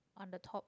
on the top